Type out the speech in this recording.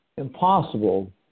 impossible